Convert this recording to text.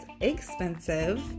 expensive